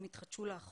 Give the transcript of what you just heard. הן התחדשו לאחרונה,